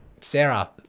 Sarah